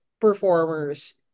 performers